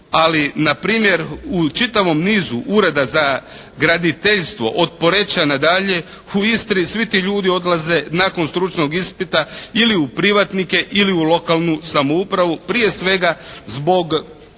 Ali npr. u čitavom nizu Ureda za graditeljstvo od Poreča na dalje u Istri svi ti ljudi odlaze nakon stručnog ispita ili u privatnike ili u lokalnu samoupravu, prije svega zbog